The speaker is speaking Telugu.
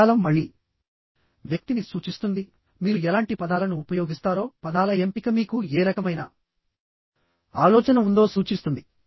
పదజాలం మళ్ళీ వ్యక్తిని సూచిస్తుందిమీరు ఎలాంటి పదాలను ఉపయోగిస్తారో పదాల ఎంపిక మీకు ఏ రకమైన ఆలోచన ఉందో సూచిస్తుంది